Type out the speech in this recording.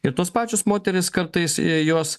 ir tos pačios moterys kartais jos